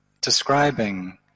describing